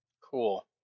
cool